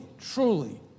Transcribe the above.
truly